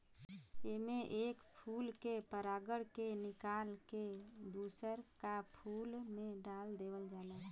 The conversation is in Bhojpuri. एमे एक फूल के परागण के निकाल के दूसर का फूल में डाल देवल जाला